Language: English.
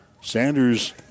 Sanders